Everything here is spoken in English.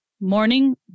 morning